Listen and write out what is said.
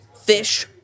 fish